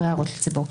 אחרי הערות לציבור.